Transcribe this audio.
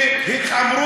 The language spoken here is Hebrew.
הוא לא רוצה שנדע מי נגע